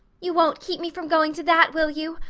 you won't keep me from going to that, will you?